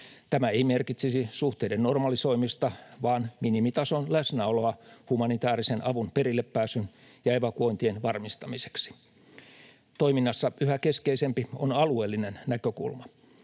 Tämä ei merkitsisi suhteiden normalisoimista vaan minimitason läsnäoloa humanitäärisen avun perillepääsyn ja evakuointien varmistamiseksi. Toiminnassa yhä keskeisempi on alueellinen näkökulma.